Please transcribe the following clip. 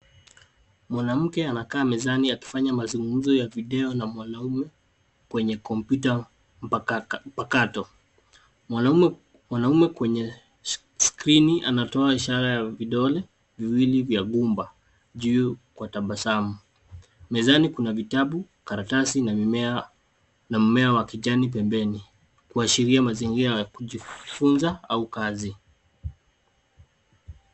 Mwanamke anakaa mezani aifanya mazungumzo ya video na mwanamume kwenye kompyuta mpakato. Mwanamume kwenye skrini anatoa ishara ya vidole viwili vya gumba juu kwa tabasamu. Mezani kuna kitabu, karatasi na mmea wa kijani pembeni kuashiria mazingira ya kujifunza au kazi.